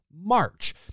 March